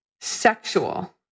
sexual